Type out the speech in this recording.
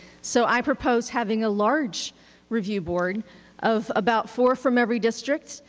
so i propose having a large review board of about four from every district,